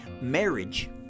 Marriage